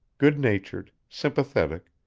good-natured, sympathetic,